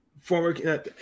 Former